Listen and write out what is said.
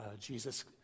Jesus